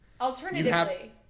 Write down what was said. Alternatively